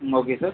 ம் okay sir